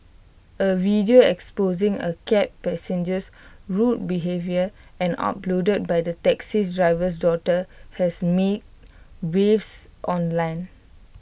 A video exposing A cab passenger's rude behaviour and uploaded by the taxi driver's daughter has made waves online